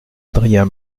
adrien